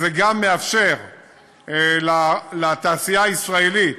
זה גם מאפשר לתעשייה הישראלית